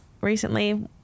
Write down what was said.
recently